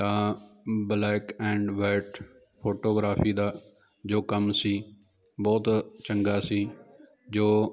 ਤਾਂ black and white photography ਦਾ ਜੋ ਕੰਮ ਸੀ ਬਹੁਤ ਚੰਗਾ ਸੀ ਜੋ